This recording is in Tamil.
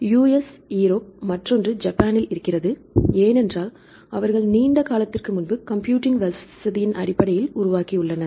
எனவே US ஐரோப்பா மற்றொன்று ஜப்பான்னில் இருக்கிறது ஏனென்றால் அவர்கள் நீண்ட காலத்திற்கு முன்பு கம்ப்யூட்டிங் வசதியின் அடிப்படையில் உருவாக்கியுள்ளனர்